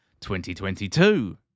2022